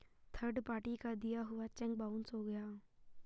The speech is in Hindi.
थर्ड पार्टी का दिया हुआ चेक बाउंस हो गया